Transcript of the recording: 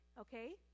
okay